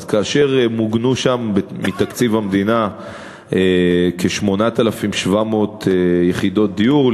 אז כאשר מוגנו שם מתקציב המדינה כ-8,700 יחידות דיור,